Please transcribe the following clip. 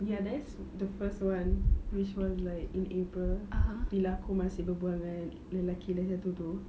ya that's the first one which was like in april bila aku masih berbual dengan lelaki lagi satu tu